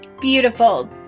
Beautiful